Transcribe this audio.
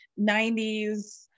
90s